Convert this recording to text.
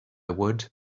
would